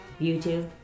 YouTube